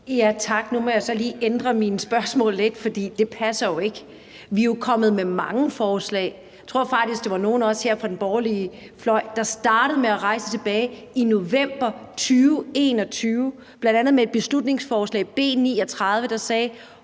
Tak. Nu må jeg så lige ændre mine spørgsmål lidt, for det passer jo ikke. Vi er jo kommet med mange forslag. Jeg tror faktisk, at det var nogle af os her fra den borgerlige fløj, der startede med at rejse det tilbage i november 2021, bl.a. med beslutningsforslag B 39, der sagde,